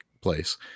place